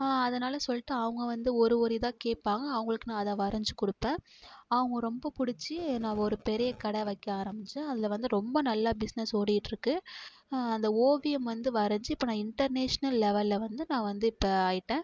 அதனால் சொல்லிட்டு அவங்க வந்து ஒரு ஒரு இதாக கேட்பாங்க அவங்களுக்கு நான் அதை வரைஞ்சு குடுப்பேன் அவங்க ரொம்ப பிடிச்சி நான் ஒரு பெரிய கடை வைக்க ஆரமிச்சேன் அதில் வந்து ரொம்ப நல்ல பிஸ்னஸ் ஓடிட்டிருக்கு அந்த ஓவியம் வந்து வரைஞ்சு இப்போ நான் இன்டர்நேஷனல் லெவலில் வந்து நான் வந்து இப்போ ஆயிட்டேன்